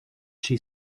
she